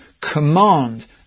command